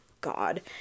god